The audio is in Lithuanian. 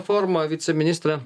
forma viceministre